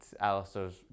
Alistair's